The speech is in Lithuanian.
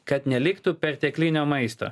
kad neliktų perteklinio maisto